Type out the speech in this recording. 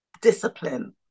discipline